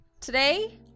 Today